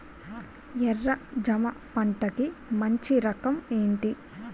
ఎర్ర జమ పంట కి మంచి రకం ఏంటి?